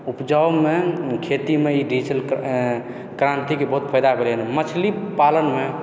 उपजाउमे खेतीमे ई डीजीटलके क्रान्तिके बहुत फायदा भेलै हन मछली पालनमे